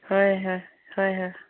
ꯍꯣꯏ ꯍꯣꯏ ꯍꯣꯏ ꯍꯣꯏ